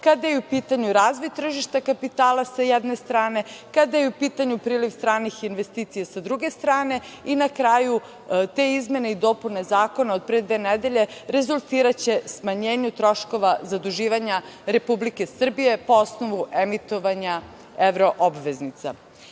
kada je u pitanju razvoj tržišta kapitala, s jedne strane, kada je u pitanju priliv stranih investicija, s druge strane. Na kraju, te izmene i dopune zakona od pre dve nedelje rezultiraće smanjenju troškova zaduživanja Republike Srbije po osnovu emitovanja evroobveznica.Zašto